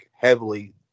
heavily